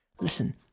listen